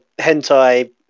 hentai